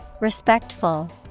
respectful